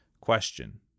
Question